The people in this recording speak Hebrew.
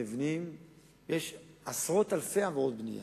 יש עשרות-אלפי עבירות בנייה.